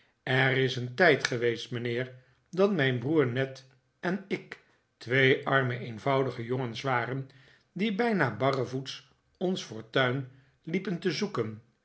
er is een tijd geweest mijnheer dat mijn broer ned en ik twee arme eenvoudige jongens waren die bijna barrevoets ons fortuin liepen te zpeken